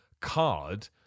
card